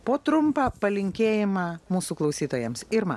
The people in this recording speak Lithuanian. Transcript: po trumpą palinkėjimą mūsų klausytojams irma